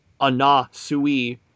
Anasui